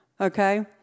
Okay